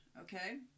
Okay